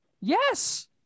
Yes